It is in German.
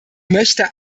möchte